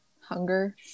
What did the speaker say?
hunger